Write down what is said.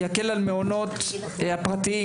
יקל על מעונות הפרטיים,